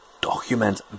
document